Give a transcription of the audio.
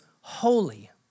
holy